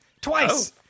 Twice